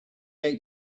ate